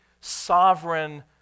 sovereign